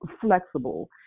flexible